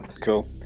cool